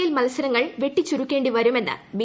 L മത്സരങ്ങൾ വെട്ടിച്ചുരുക്കേണ്ടി വരുമെന്ന് ബി